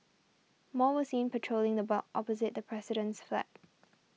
more were seen patrolling the block opposite the president's flat